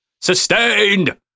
Sustained